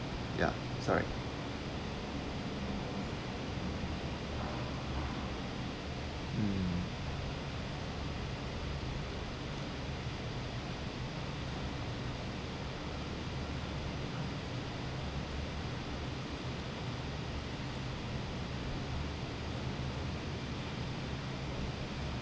ya sorry mm